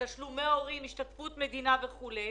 אם זה תשלומי הורים, השתתפות מדינה וכו'.